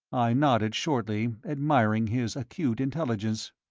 i nodded shortly, admiring his acute intelligence.